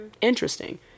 Interesting